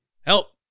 help